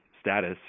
status